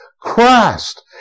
Christ